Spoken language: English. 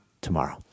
tomorrow